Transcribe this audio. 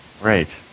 Right